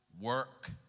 work